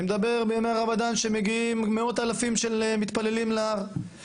אני מדבר על ימי הרמדאן בהם מגיעים מאות אלפי מתפללים להר.